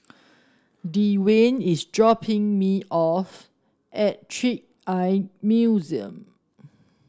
Dewayne is dropping me off at Trick Eye Museum